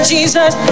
Jesus